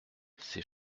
ses